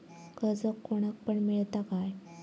कर्ज कोणाक पण मेलता काय?